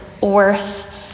worth